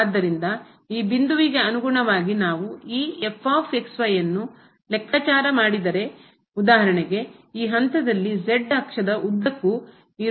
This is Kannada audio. ಆದ್ದರಿಂದ ಈ ಬಿಂದುವಿಗೆ ಅನುಗುಣವಾಗಿ ನಾವು ಈ ಲೆಕ್ಕಾಚಾರ ಮಾಡಿದರೆ ಉದಾಹರಣೆಗೆ ಈ ಹಂತದಲ್ಲಿ z ಅಕ್ಷದ ಉದ್ದಕ್ಕೂ ಇರುವ ಎತ್ತರ ಈ